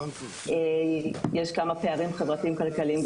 יש כמה פערים חברתיים-כלכליים,